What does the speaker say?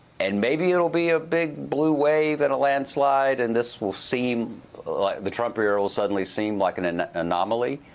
and maybe it will be a big blue wave and a landslide and this will seem the trump era will suddenly seem like an an anomaly.